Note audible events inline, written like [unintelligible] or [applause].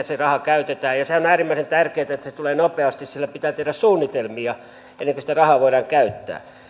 [unintelligible] se raha käytetään ja ja sehän on äärimmäisen tärkeätä että se tulee nopeasti sillä pitää tehdä suunnitelmia ennen kuin sitä rahaa voidaan käyttää